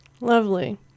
Lovely